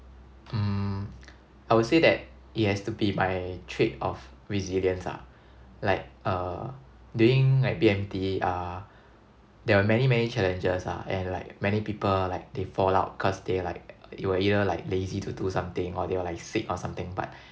mm I will say that it has to be my trait of resilience ah like uh during like B_M_T uh there were many many challenges ah and like many people like they fall out cause they like they were either like lazy to do something or they were like sick or something but